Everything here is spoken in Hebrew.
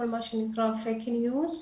כל מה שנקרא פייק ניוז.